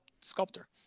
sculptor